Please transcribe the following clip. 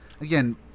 Again